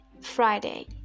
friday